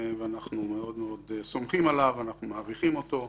ואנחנו מאוד סומכים עליו ומעריכים אותו.